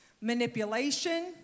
Manipulation